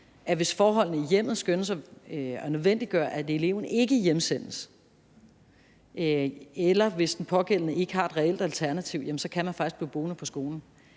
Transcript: hvis forholdene i hjemmet skønnes at nødvendiggøre, at eleven ikke hjemsendes, eller hvis den pågældende ikke har et reelt alternativ, så kan man faktisk blive boende på skolen,